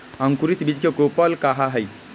अंकुरित बीज के कोपल कहा हई